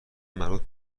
مربوط